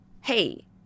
hey